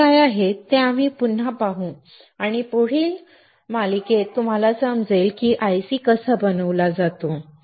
mask काय आहेत ते आम्ही पुन्हा पाहू आणि पुढील मालिकेत तुम्हाला समजेल की IC कसा बनवला जातो